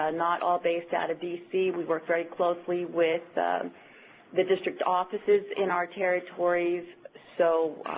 ah not all based out of d c, we work very closely with the district offices in our territories, so,